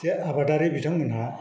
जे आबादारि बिथांमोनहा